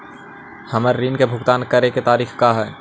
हमर ऋण के भुगतान करे के तारीख का हई?